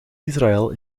israël